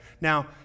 Now